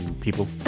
people